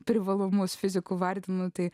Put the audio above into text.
privalumus fiziku vardinu tai